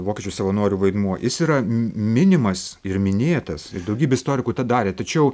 vokiečių savanorių vaidmuo jis yra minimas ir minėtas daugybė istorikų tą darė tačiau